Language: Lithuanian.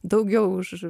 daugiau už